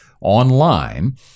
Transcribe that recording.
online